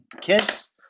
kids